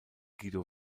guido